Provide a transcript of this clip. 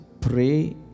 pray